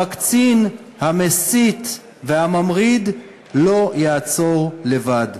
המקצין, המסית והממריד לא יעצור לבד,